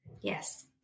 Yes